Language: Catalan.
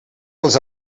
els